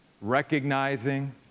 recognizing